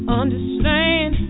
understand